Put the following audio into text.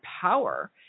power